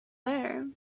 there